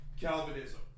Calvinism